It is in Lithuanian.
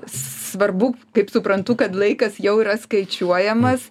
svarbu kaip suprantu kad laikas jau yra skaičiuojamas